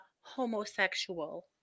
homosexual